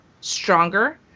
stronger